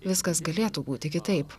viskas galėtų būti kitaip